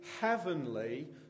heavenly